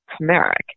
turmeric